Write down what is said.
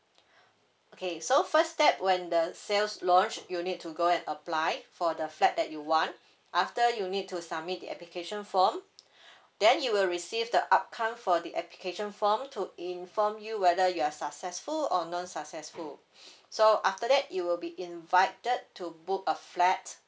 okay so first step when the sales launch you need to go and apply for the flat that you want after you need to submit the application form then you will receive the outcome for the application form to inform you whether you are successful or non successful so after that you will be invited to book a flat